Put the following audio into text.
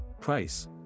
Price